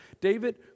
David